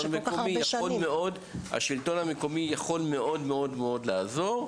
יכול מאוד לעזור.